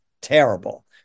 terrible